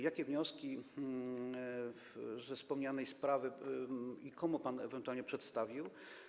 Jakie wnioski ze wspomnianej sprawy i komu pan ewentualnie przedstawił?